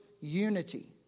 unity